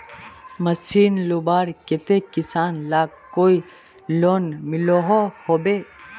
Machine लुबार केते किसान लाक कोई लोन मिलोहो होबे?